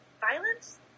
violence